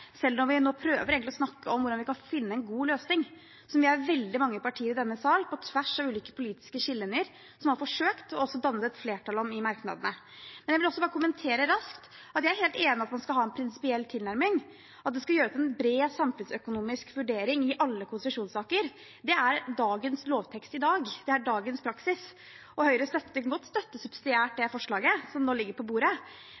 selv når vi nå prøver å snakke om hvordan vi kan finne en god løsning, som det er veldig mange partier i denne sal, på tvers av ulike politiske skillelinjer, som har forsøkt. De har også dannet et flertall om det i merknadene. Jeg vil også kommentere raskt at jeg er helt enig i at man skal ha en prinsipiell tilnærming. At det skal gjøres en bred samfunnsøkonomisk vurdering i alle konsesjonssaker, er dagens lovtekst, det er dagens praksis. Høyre kan godt støtte subsidiært det